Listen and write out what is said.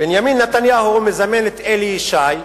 בנימין נתניהו מזמן את אלי ישי,